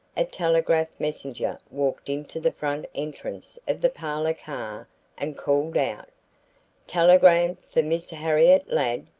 a telegraph messenger walked into the front entrance of the parlor car and called out telegram for miss harriet ladd.